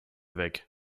weg